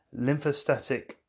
lymphostatic